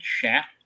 chat